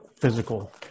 physical